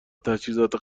تجهیزات